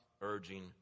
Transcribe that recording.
urging